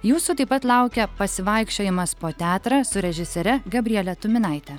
jūsų taip pat laukia pasivaikščiojimas po teatrą su režisiere gabriele tuminaite